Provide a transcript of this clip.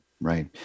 right